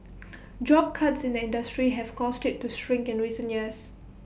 job cuts in the industry have caused IT to shrink in recent years